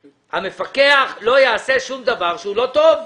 המפקח לא יעשה שום דבר שהוא לא טוב.